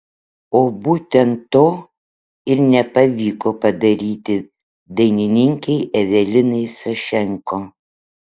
o būtent to ir nepavyko padaryti dainininkei evelinai sašenko